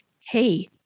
hey